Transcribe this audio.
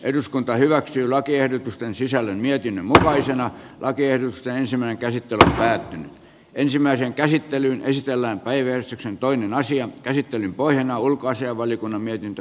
eduskunta hyväksyy lakiehdotusten sisällön mietin mutkaisen rakennusten ensimmäinen käsittely päättyi ensimmäiseen käsittelyyn esitellään päivystyksen toimiin asian käsittelyn pohjana on ulkoasiainvaliokunnan mietintö